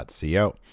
Co